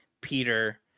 Peter